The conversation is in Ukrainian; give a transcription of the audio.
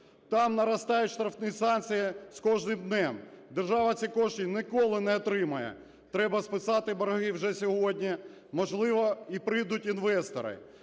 там наростають штрафні санкції з кожним. Держава ці кошти ніколи не отримає, треба списати борги вже сьогодні, можливо, і прийдуть інвестори.